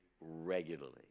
regularly